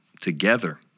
together